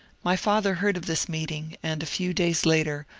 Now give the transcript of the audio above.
my father heard of this meeting, and a few days later,